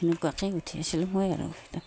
এনেকুৱাকৈ গোঁঠি আছিলোঁ মই আৰু তাত